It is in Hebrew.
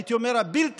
הייתי אומר הבלתי-נמנעת,